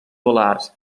balears